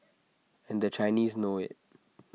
and the Chinese know IT